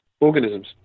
organisms